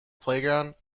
playground